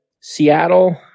Seattle